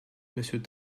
monsieur